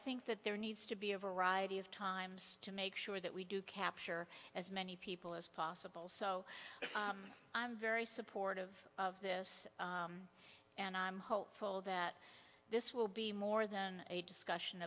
think that there needs to be a variety of times to make sure that we do capture as many people as possible so i'm very supportive of this and i'm hopeful that this will be more than a discussion